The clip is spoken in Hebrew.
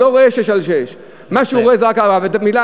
הוא לא רואה 6x6. מה שהוא רואה זה רק 4x4. ומילה,